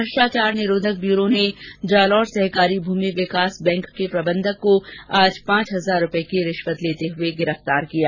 भ्रष्टाचार निरोधक ब्यूरो ने जालौर सहकारी भूमि विकास बैंक के प्रबंधक को आज पांच हजार रूपए की रिश्वत लेते हुए गिरफतार कर लिया